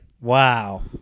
Wow